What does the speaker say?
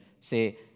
say